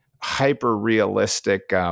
hyper-realistic